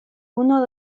uno